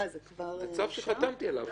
זה צו שחתמתי עליו כבר.